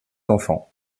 enfants